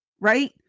right